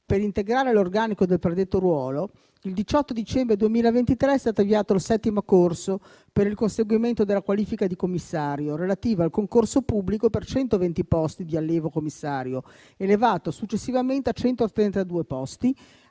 per integrare l'organico del predetto ruolo il 18 dicembre 2023 è stato avviato il 7° corso per il conseguimento della qualifica di commissario relativa al concorso pubblico per 120 posti di allievo commissario, elevato successivamente a 132 posti,